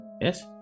Yes